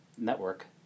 network